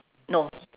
no